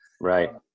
right